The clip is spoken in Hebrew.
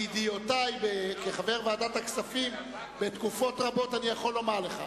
מידיעותי כחבר ועדת הכספים בתקופות רבות אני יכול לומר לך.